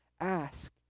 ask